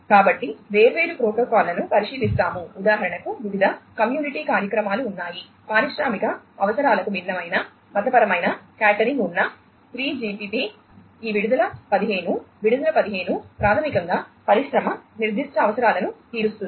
కాబట్టి వేర్వేరు ప్రోటోకాల్లను పరిశీలిస్తాము ఉదాహరణకు వివిధ కమ్యూనిటీ కార్యక్రమాలు ఉన్నాయి పారిశ్రామిక అవసరాలకు భిన్నమైన మతపరమైన క్యాటరింగ్ ఉన్న 3GPP ఈ విడుదల 15 విడుదల 15 ప్రాథమికంగా పరిశ్రమ నిర్దిష్ట అవసరాలను తీరుస్తుంది